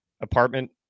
apartment